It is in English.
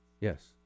Yes